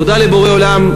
תודה לבורא עולם,